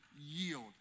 yield